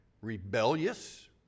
rebellious